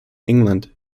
england